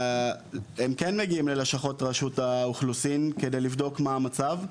הם כן מגיעים ללשכות רשות האוכלוסין כדי לבדוק מה המצב,